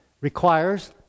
requires